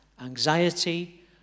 Anxiety